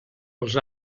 els